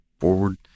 forward